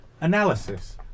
analysis